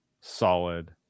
solid